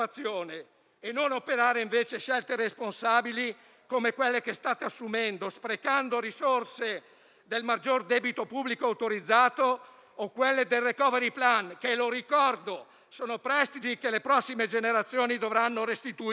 di operare scelte irresponsabili come quelle che state assumendo, sprecando le risorse del maggior debito pubblico autorizzato o quelle del *recovery plan*, che - lo ricordo - sono prestiti che le prossime generazioni dovranno restituire.